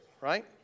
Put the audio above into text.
right